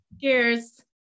Cheers